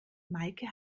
meike